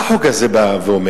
מה החוק הזה בא ואומר?